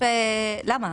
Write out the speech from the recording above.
למה?